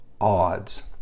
odds